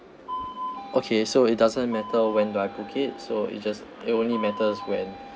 okay so it doesn't matter when do I book it so it just it only matters when